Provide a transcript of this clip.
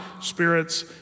spirits